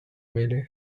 meelde